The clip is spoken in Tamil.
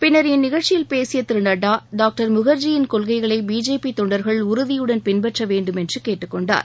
பின்னர் இந்நிஷழ்ச்சியில் பேசிய திரு நட்டா பாக்டர் முகர்ஜியின் கொள்கைகளை பிஜேபி தொண்டர்கள் உறுதியுடன் பின்பற்ற வேண்டுமென்று கேட்டுக்கொண்டார்